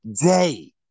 Day